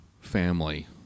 family